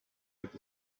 with